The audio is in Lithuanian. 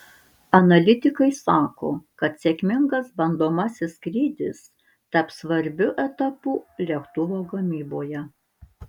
analitikai sako kad sėkmingas bandomasis skrydis taps svarbiu etapu lėktuvo gamyboje